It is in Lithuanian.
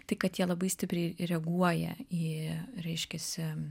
tai kad jie labai stipriai reaguoja į reiškiasi